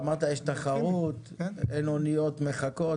אמרת, יש תחרות, אין אוניות מחכות.